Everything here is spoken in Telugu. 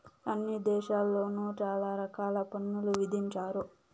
అన్ని దేశాల్లోను చాలా రకాల పన్నులు విధించారు